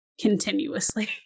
continuously